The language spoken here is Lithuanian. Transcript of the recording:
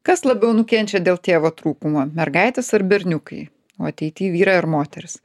kas labiau nukenčia dėl tėvo trūkumo mergaitės ar berniukai o ateity vyrai ar moterys